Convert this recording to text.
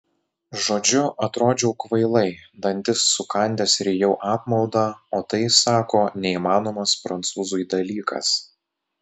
žodžiu atrodžiau kvailai dantis sukandęs rijau apmaudą o tai sako neįmanomas prancūzui dalykas